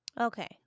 Okay